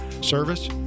service